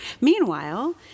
Meanwhile